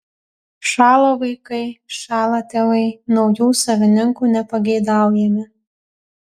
šąla vaikai šąla tėvai naujų savininkų nepageidaujami